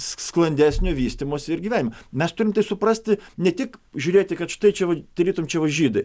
sklandesnio vystymosi ir gyvenimo mes turim suprasti ne tik žiūrėti kad štai čia tarytum čia va žydai